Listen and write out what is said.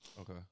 okay